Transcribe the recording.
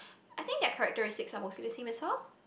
I think their characteristics are mostly the same as her